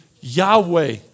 Yahweh